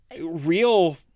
real